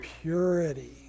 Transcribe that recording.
Purity